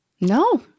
No